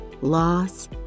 loss